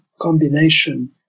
combination